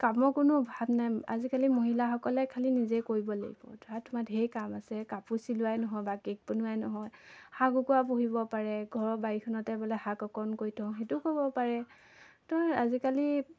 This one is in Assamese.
কামৰ কোনো অভাৱ নাই আজিকালি মহিলাসকলে খালী নিজেই কৰিব লাগিব ধৰা তোমাৰ ঢেৰ কাম আছে এই কাপোৰ চিলোৱাই নহয় বা কেক বনোৱাই নহয় হাঁহ কুকুৰা পুহিব পাৰে ঘৰৰ বাৰীখনতে বোলে শাকঅকণ কৰি থওঁ সেইটোও কৰিব পাৰে তো আজিকালি